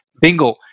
bingo